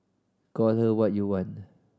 call her what you want